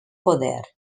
poder